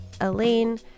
elaine